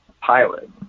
pilot